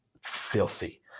filthy